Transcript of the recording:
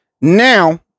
Now